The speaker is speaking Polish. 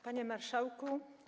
Panie Marszałku!